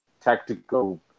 tactical